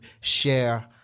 share